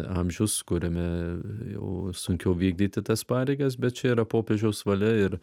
amžius kuriame jau sunkiau vykdyti tas pareigas bet čia yra popiežiaus valia ir